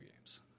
games